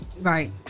Right